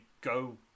go